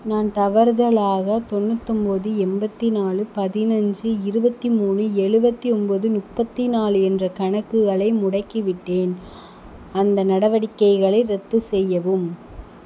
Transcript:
நான் தவறுதலாக தொண்ணூத்தொம்போது எண்பத்தி நாலு பதினைஞ்சு இருபத்தி மூணு எழுபத்தி ஒம்போது முப்பத்தி நாலு என்ற கணக்குகளை முடக்கிவிட்டேன் அந்த நடவடிக்கைகளை ரத்து செய்யவும்